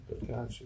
Gotcha